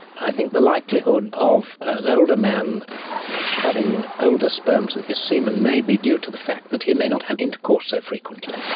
i think the likelihood of an older man having older sperms in his semen may be due to the fact that he may not have intercourse so frequently,